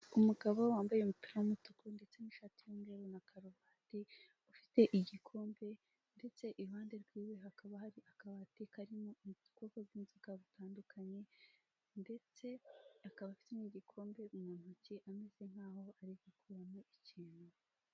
Umugabo wambaye umupira w'umutuku ndetse n'ishati yumweru na karuvati ufite igikombe ndetse iruhande rwiiwe hakaba hari akabati karimo ubwoko bw'inzoga butandukanye, ndetse akaba afite n'igikombe mu ntoki ameze nkaho ari gukuramo ikintu.